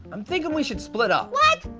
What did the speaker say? i'm thinking we should split up. what?